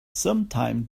sometime